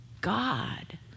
God